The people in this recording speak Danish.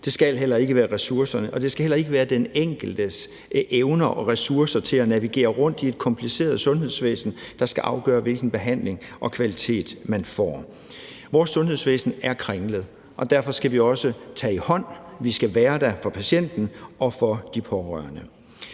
at det hverken skal være pengepungen eller ressourcerne eller den enkeltes evner og ressourcer til at navigere rundt i et kompliceret sundhedsvæsenet, der skal afgøre, hvilken behandling og hvilken kvalitet man får. Vores sundhedsvæsen er kringlet, og derfor skal vi også tage patienten i hånden, og vi skal være der for patienten og for de pårørende.